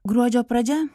gruodžio pradžia